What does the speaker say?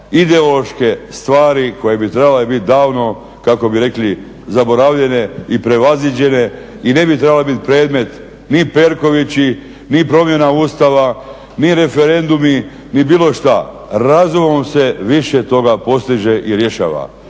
ideološke stvari koje bi trebale bit davno kako bi rekli zaboravljene i prevaziđene i ne bi trebale bit predmet ni Perkovići ni promjena Ustava ni referendumi ni bilo šta. Razumom se više toga postiže i rješava.